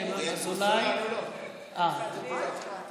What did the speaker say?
התש"ף 2020, לוועדת הפנים והגנת הסביבה נתקבלה.